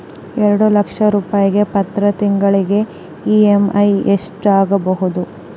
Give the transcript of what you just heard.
ಎರಡು ಲಕ್ಷ ರೂಪಾಯಿಗೆ ಪ್ರತಿ ತಿಂಗಳಿಗೆ ಇ.ಎಮ್.ಐ ಎಷ್ಟಾಗಬಹುದು?